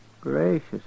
Gracious